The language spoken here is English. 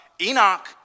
Enoch